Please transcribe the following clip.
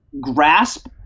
grasp